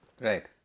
Right